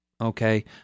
Okay